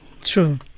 True